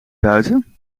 buiten